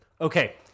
Okay